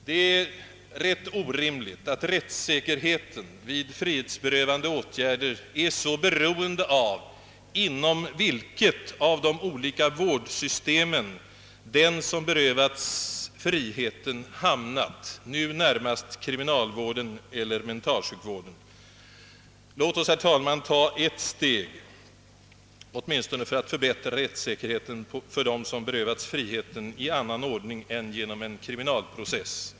Det är orimligt att rättssäkerheten vid frihetsberövande åtgärder är så beroende av inom vilket av de olika vårdsystemen den som berövas friheten hamnar, nu närmast kriminalvården eller mentalsjukvården. Låt oss, herr talman, ta åtminstone ett steg för att förbättra rättssäkerheten för dem som berövats friheten i annan ordning än genom en kriminalprocess.